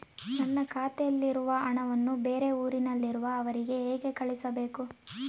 ನನ್ನ ಖಾತೆಯಲ್ಲಿರುವ ಹಣವನ್ನು ಬೇರೆ ಊರಿನಲ್ಲಿರುವ ಅವರಿಗೆ ಹೇಗೆ ಕಳಿಸಬೇಕು?